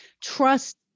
trust